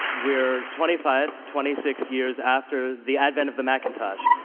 we're twenty five, twenty six years after the advent of the macintosh,